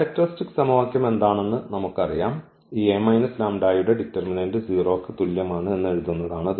characteristics സമവാക്യം എന്താണെന്ന് നമുക്കറിയാം ഈ A λI യുടെ ഡിറ്റർമിനന്റ് 0 ക്ക് തുല്യമാണ് എന്ന് എഴുതുന്നതാണ്